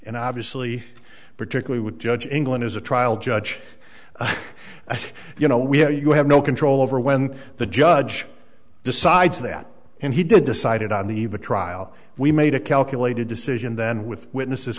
and obviously particularly would judge anglin as a trial judge you know we are you have no control over when the judge decides that and he did decided on the eve of trial we made a calculated decision then with witnesses